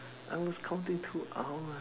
I was counting two hours